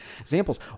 examples